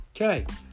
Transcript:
Okay